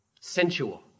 sensual